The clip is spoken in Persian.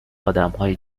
ادمای